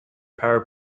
power